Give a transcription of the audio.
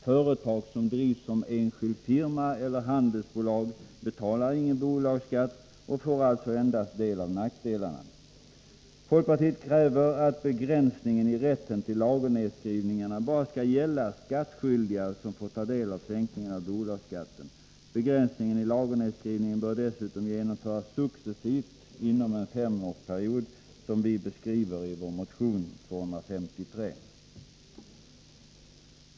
Företag som drivs som enskild firma eller handelsbolag betalar ingen bolagsskatt och får alltså endast del av nackdelarna. Folkpartiet kräver att begränsningen i rätten till lagernedskrivningar bara skall gälla skattskyldiga som får ta del av sänkningen av bolagsskatten. Begränsningen i lagernedskrivningen bör dessutom genomföras successivt inom en femårsperiod, som vi beskriver i vår motion 253.